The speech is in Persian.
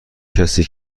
کسی